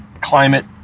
climate